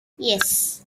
yes